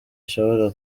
ishobora